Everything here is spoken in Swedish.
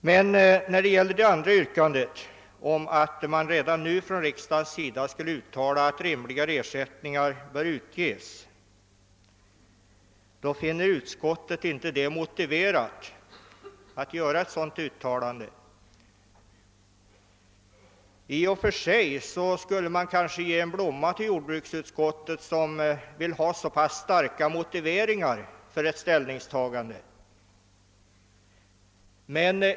Men när det gäller det andra yrkandet, nämligen att riksdagen redan nu skulle uttala att rimligare ersättningar bör utbetalas, så finner utskottet det inte motiverat med ett sådant uttalande. I och för sig skulle man kanske ge en blomma till jordbruksutskottet som vill ha så starka motiveringar för ett ställningstagande.